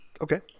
Okay